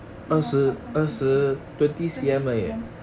把电话放靠近一点 twenty C_M